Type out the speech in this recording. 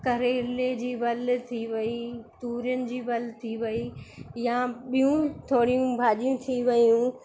करेले जी वल थी वई तूरियुनि जी वल थी वई या ॿियूं थोरी भाॼियूं थी वयूं